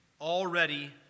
already